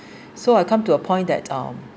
so I come to a point that um